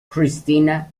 christina